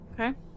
Okay